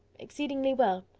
exceedingly well.